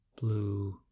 blue